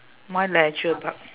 mine leisure park